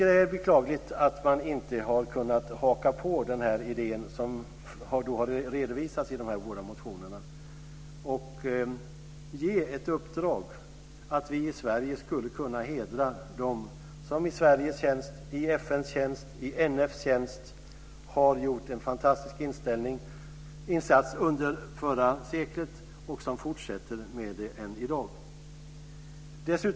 Det är beklagligt att man inte har kunnat haka på den idé som har redovisats i de båda motionerna och ge ett uppdrag att vi i Sverige ska kunna hedra dem som i Sveriges tjänst, i FN:s tjänst, i NF:s tjänst har gjort en fantastisk insats under förra seklet och som fortsätter med det än i dag.